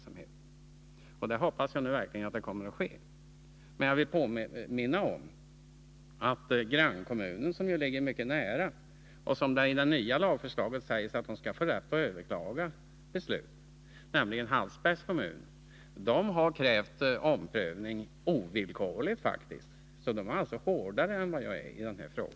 Jag hoppas nu verkligen det kommer att ske. Men jag vill påminna om att grannkommunen Hallsberg — som ligger mycket nära och som enligt den nya lagen skall få rätt att överklaga beslut — har krävt en omprövning och faktiskt ovillkorligt. Man är alltså hårdare där än vad jag är i denna fråga.